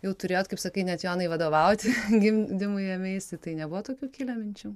jau turėjot kaip sakai net jonai vadovauti gimdymui ėmeisi tai nebuvo tokių kilę minčių